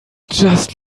just